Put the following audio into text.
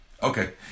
Okay